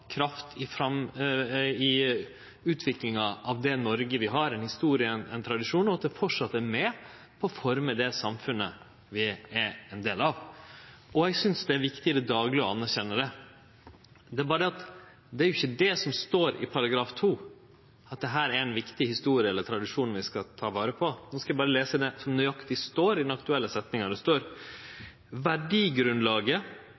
kraft i utviklinga av det Noreg vi har, i historia og i tradisjonen, og at denne arven framleis er med og formar det samfunnet vi er ein del av. Eg synest det er viktig i det daglege å anerkjenne det. Det er berre det at det er ikkje det som står i § 2 – at dette er ei viktig historie eller ein tradisjon vi skal ta vare på. Eg skal lese nøyaktig det som står i den aktuelle setninga. Det